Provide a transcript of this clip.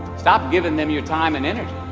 stop giving them your time and energy.